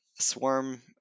swarm